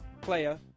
player